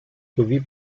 sowie